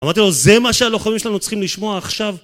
אמרתי לו, זה מה שהלוחמים שלנו צריכים לשמוע עכשיו?